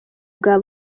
bwa